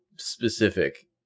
specific